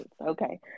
Okay